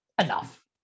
enough